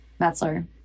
Metzler